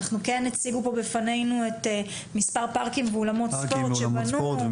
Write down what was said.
הציגו פה בפנינו את מספר הפארקים ואולמות ספורט,